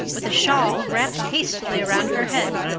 with a shawl wrapped hastily around her head.